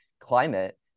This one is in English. climate